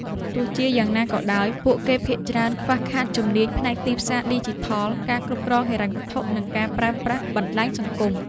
ទោះជាយ៉ាងណាក៏ដោយ ពួកគេភាគច្រើនខ្វះខាតជំនាញផ្នែកទីផ្សារឌីជីថល ការគ្រប់គ្រងហិរញ្ញវត្ថុ និងការប្រើប្រាស់បណ្តាញសង្គម។